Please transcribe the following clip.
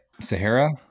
Sahara